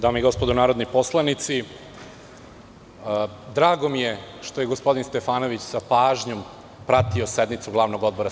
Dame i gospodo narodni poslanici, drago mi je što je gospodin Stefanović sa pažnjom pratio sednicu Glavnog odbora SNS.